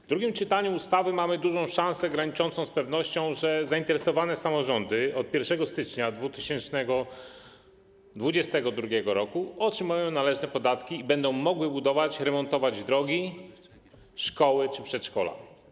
W drugim czytaniu ustawy mamy dużą szansę, graniczącą z pewnością, że zainteresowane samorządy od 1 stycznia 2022 r. otrzymają należne podatki i będą mogły budować i remontować drogi, szkoły czy przedszkola.